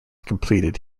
completed